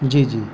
جی جی